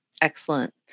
Excellent